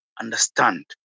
understand